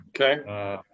Okay